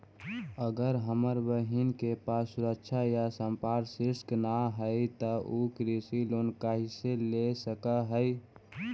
अगर हमर बहिन के पास सुरक्षा या संपार्श्विक ना हई त उ कृषि लोन कईसे ले सक हई?